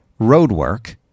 ROADWORK